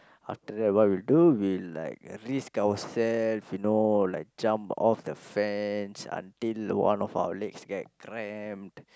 after that what we do we like risk ourself you know like jump off the fence until the one of our leg get cramp